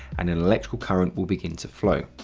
and an electrical current will begin to flow.